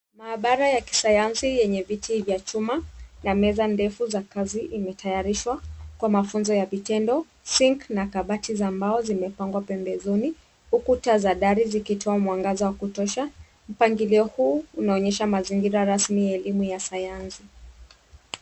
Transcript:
Mahabara ya kisayansi yenye viti vya chuma na meza ndefu za kazi imetayarishwa kwa mafunzo ya vitendo,[c.s]zink na mabati za mbao zimepangwa pembezoni huku taa za dari zikitoa mwangaza wa kutosha. Mpangilio huu unaonyesha mazingira rasmi ya elimu ya sayanasi.